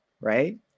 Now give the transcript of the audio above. right